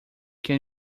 can